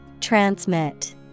Transmit